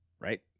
right